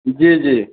जी जी